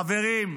חברים,